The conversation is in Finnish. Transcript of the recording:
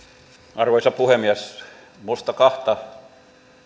arvoisa puhemies minusta kahta